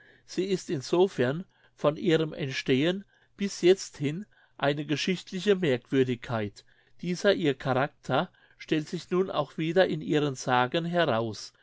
sie ist in sofern von ihrem entstehen bis jetzt hin eine geschichtliche merkwürdigkeit dieser ihr charakter stellt sich nun auch wieder in ihren sagen heraus